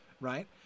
right